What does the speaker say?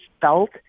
felt